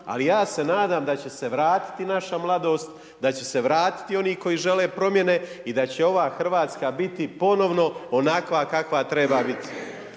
Ali ja se nadam da će se vratiti naša mladost, da će se vratiti oni koji žele promjene i da će ova Hrvatska biti ponovno onakva kakva treba biti.